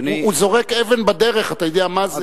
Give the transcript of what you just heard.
הוא זורק אבן בדרך, אתה יודע מה זה?